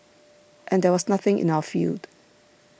and there was nothing in our field